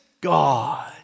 God